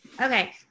Okay